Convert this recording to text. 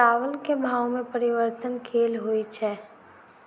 चावल केँ भाव मे परिवर्तन केल होइ छै?